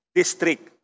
district